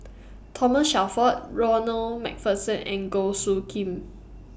Thomas Shelford Ronald MacPherson and Goh Soo Khim